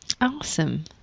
Awesome